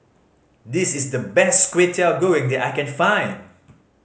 this is the best Kwetiau Goreng that I can find